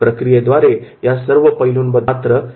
प्रक्रियेद्वारे या सर्व पैलुंबद्दल आपण समजून घेऊ शकतो